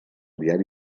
diari